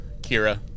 Kira